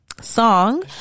song